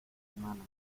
hermana